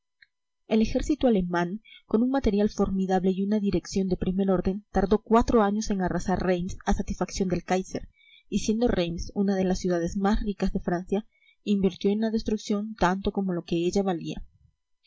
el ejército alemán con un material formidable y una dirección de primer orden tardó cuatro años en arrasar reims a satisfacción del káiser y siendo reims una de las ciudades más ricas de francia invirtió en la destrucción tanto como lo que ella valía